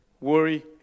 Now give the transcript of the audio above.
Worry